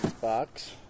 Box